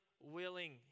willing